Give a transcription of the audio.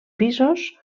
pisos